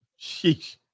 Sheesh